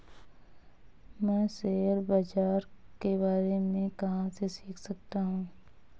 मैं शेयर बाज़ार के बारे में कहाँ से सीख सकता हूँ?